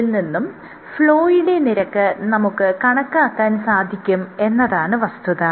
ഇതിൽ നിന്നും ഫ്ലോയുടെ നിരക്ക് നമുക്ക് കണക്കാക്കാൻ സാധിക്കും എന്നതാണ് വസ്തുത